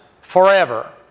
forever